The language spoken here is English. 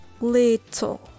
little